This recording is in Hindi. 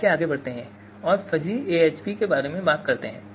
आइए आगे बढ़ते हैं और फ़ज़ी एएचपी के बारे में बात करते हैं